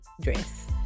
dress